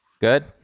good